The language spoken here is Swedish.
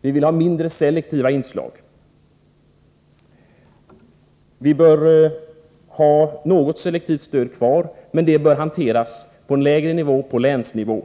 Vi vill ha mindre selektiva inslag. Vi bör ha något selektivt stöd kvar, men det bör hanteras på en lägre nivå, på länsnivå.